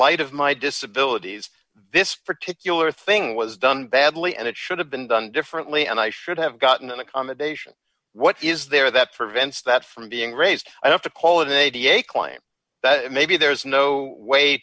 light of my disability this particular thing was done badly and it should have been done differently and i should have gotten an accommodation what is there that prevents that from being raised i have to call it a da claim that maybe there is no way